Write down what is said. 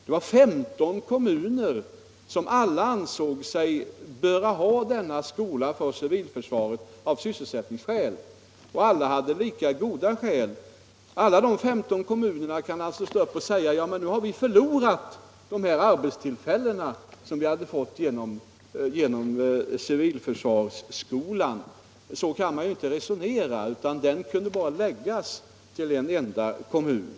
Det var 15 kommuner som alla ansåg sig böra ha denna skola av sysselsättningsskäl, och alla hade goda skäl. I alla dessa 15 kommuner kan man alltså stå upp och säga att man förlorat dessa arbetstillfällen som man skulle ha fått genom civilförsvarsskolan. Så kan man inte resonera — skolan kunde bara förläggas till en enda kommun.